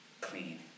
clean